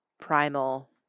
primal